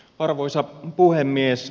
arvoisa puhemies